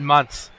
Months